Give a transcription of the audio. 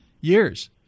Years